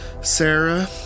Sarah